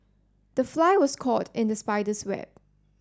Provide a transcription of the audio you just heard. the fly was caught in the spider's web